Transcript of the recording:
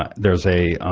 ah there's a.